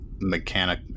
mechanic